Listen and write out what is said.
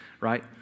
right